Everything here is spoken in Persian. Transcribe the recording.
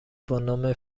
بانام